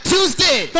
Tuesday